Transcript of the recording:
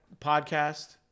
podcast